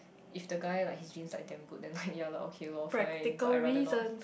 if the guy like his genes like damn good then like ya lor okay lor fine but I rather not